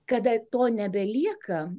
kada to nebelieka